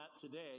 today